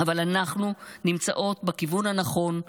אבל אנחנו נמצאות בכיוון הנכון,